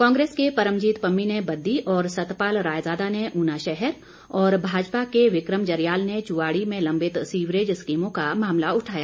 कांग्रेस के परमजीत पम्मी ने बद्दी और सतपाल रायजादा ने उना शहर और भाजपा के विक्रम जरियाल ने चुआड़ी में लंबित सीवरेज स्कीमों का मामला उठाया